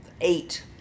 eight